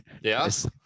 yes